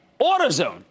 AutoZone